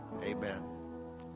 Amen